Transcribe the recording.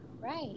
Right